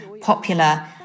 popular